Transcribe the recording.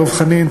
דב חנין,